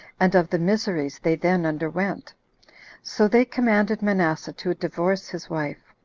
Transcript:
and of the miseries they then underwent so they commanded manasseh to divorce his wife,